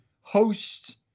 hosts